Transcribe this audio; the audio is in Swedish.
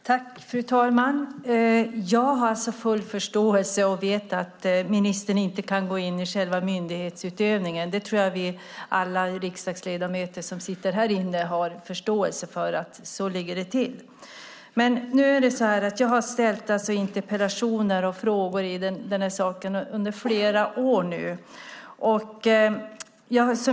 Fru talman! Jag har full förståelse för och vet att ministern inte kan gå in i myndighetsutövningen. Vi riksdagsledamöter har förståelse för att det är så. Jag har ställt interpellationer och frågor i saken under flera år.